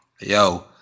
yo